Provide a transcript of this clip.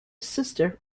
sister